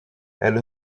elle